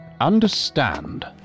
understand